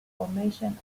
formation